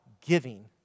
giving